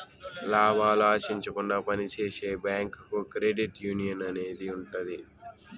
లాభాలు ఆశించకుండా పని చేసే బ్యాంకుగా క్రెడిట్ యునియన్ అనేది ఉంటది